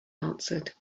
answered